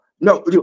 no